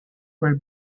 were